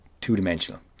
two-dimensional